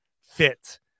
fit